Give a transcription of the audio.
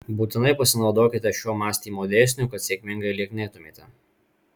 būtinai pasinaudokite šiuo mąstymo dėsniu kad sėkmingai lieknėtumėte